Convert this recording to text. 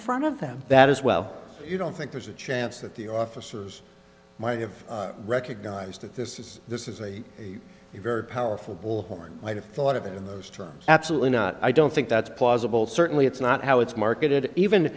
front of them that as well you don't think there's a chance that the officers might have recognized that this is this is a very powerful or might have thought of it in those terms absolutely not i don't think that's plausible certainly it's not how it's marketed even